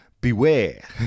beware